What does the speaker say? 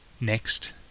Next